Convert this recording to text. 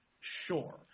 Sure